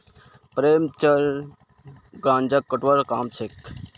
प्रेमचंद गांजा कटवार काम करछेक